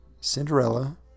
Cinderella